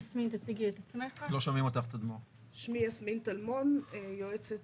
אני יועצת